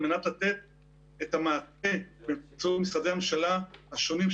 על מנת לתת את המעטה מול משרדי הממשלה השונים,